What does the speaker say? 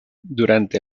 durante